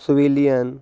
civilian